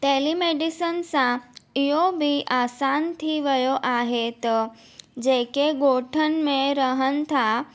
telemedicine सां इहो बि आसानु थी वियो आहे त जेके ॻोठनि में रहनि था